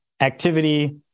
Activity